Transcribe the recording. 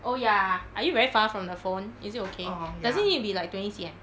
oh ya are you very far from the phone does it need to be like twenty c_m